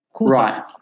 Right